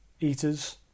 eaters